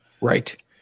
Right